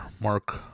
Mark